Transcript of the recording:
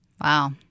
Wow